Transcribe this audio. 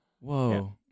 Whoa